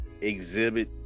exhibit